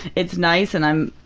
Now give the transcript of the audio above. it's nice and i'm.